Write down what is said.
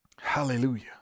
Hallelujah